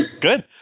Good